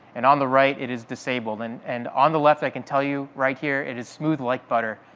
and on the right it is disabled. and and on the left, i can tell you right here, it is smooth like butter.